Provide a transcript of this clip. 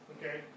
Okay